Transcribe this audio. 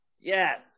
Yes